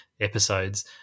episodes